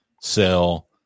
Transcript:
sell